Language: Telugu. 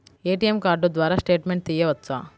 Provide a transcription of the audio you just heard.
ఏ.టీ.ఎం కార్డు ద్వారా స్టేట్మెంట్ తీయవచ్చా?